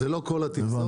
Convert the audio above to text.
זה לא כל התפזורת.